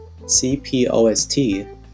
CPOST